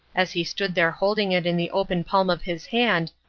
as he stood there holding it in the open palm of his hand,